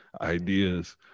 ideas